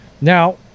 now